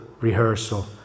rehearsal